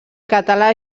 català